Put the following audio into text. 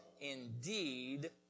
indeed